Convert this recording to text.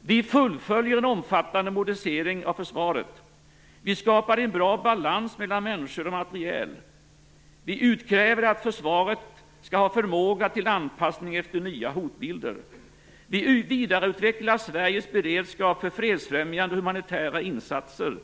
Vi fullföljer en omfattande modernisering av försvaret. Vi skapar en bra balans mellan människor och materiel. Vi utkräver att försvaret skall ha förmåga till anpassning efter nya hotbilder. Vi vidareutvecklar Sveriges beredskap för fredsfrämjande humanitära insatser.